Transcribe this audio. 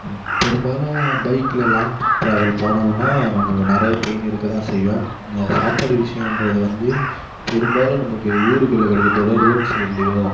பெரும்பாலும் பைக்ல long travel போனோமுன்னா நமக்கு நிறைய பெயின் இருக்க தான் செய்யும் சாப்பாடு விஷயன்றது வந்து பெரும்பாலும் நமக்கு ஊருக்குள்ளே கிடைக்கிறத விட ரோட் சைட்லையோ